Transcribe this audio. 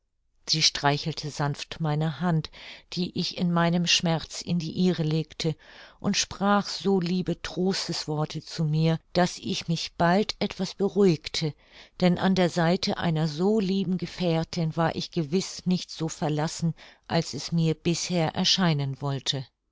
sie streichelte sanft meine hand die ich in meinem schmerz in die ihre legte und sprach so liebe trostesworte zu mir daß ich mich bald etwas beruhigte denn an der seite einer so lieben gefährtin war ich gewiß nicht so verlassen als es mir bisher erscheinen wollte